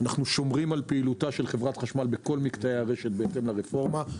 אנחנו שומרים על פעילותה של חברת החשמל בכל מקטעי הרשת בהתאם לרפורמה.